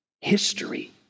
history